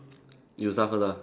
you start first lah